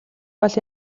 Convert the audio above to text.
бол